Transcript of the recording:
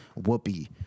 Whoopi